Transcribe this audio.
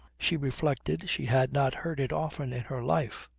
she reflected, she had not heard it often in her life.